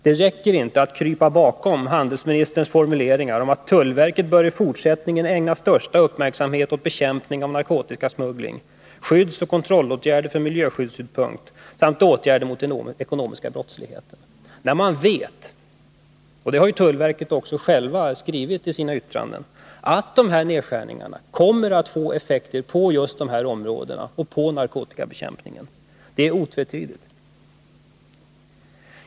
Det räcker inte med att krypa bakom handelsministerns formuleringar, som de återges i utskottets betänkande: ”Tullverket bör därför även i fortsättningen ägna största uppmärksamhet åt bekämpning av narkotikasmuggling, skyddsoch kontrollåtgärder från miljöskyddssynpunkt samt åtgärder mot den ekonomiska brottsligheten” när man vet — och det har tullverket skrivit i sina egna yttranden — att de här nedskärningarna kommer att få effekter på just de här områdena och på narkotikabekämpningen. Det är otvetydigt.